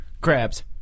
Crabs